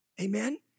Amen